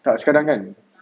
tak sekarang kan